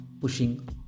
pushing